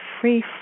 free